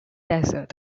desert